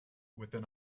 within